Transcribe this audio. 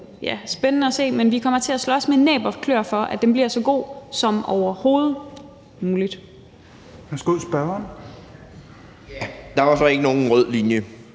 jo spændende at se, men vi kommer til at slås med næb og klør for, at det bliver så godt som overhovedet muligt. Kl. 16:08 Tredje næstformand